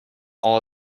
all